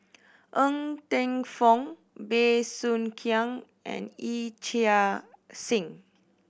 Ng Teng Fong Bey Soo Khiang and Yee Chia Hsing